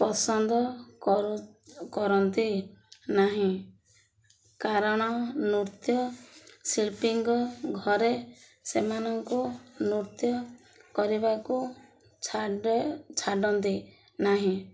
ପସନ୍ଦ କରୁ କରନ୍ତି ନାହିଁ କାରଣ ନୃତ୍ୟ ଶିଳ୍ପୀଙ୍କ ଘରେ ସେମାନଙ୍କୁ ନୃତ୍ୟ କରିବାକୁ ଛାଡ଼ ଛାଡ଼ନ୍ତି ନାହିଁ